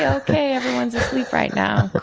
okay. everyone's asleep right now,